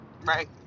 Right